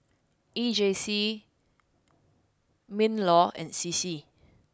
E J C Minlaw and C C